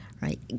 right